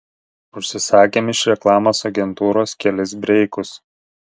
užsisakėm iš reklamos agentūros kelis breikus